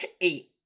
Eight